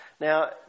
Now